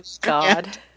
God